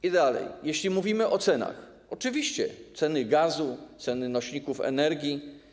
I dalej, jeśli mówimy o cenach - oczywiście ceny gazu, ceny nośników energii.